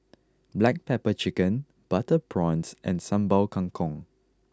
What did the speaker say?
Black Pepper Chicken Butter Prawns and Sambal Kangkong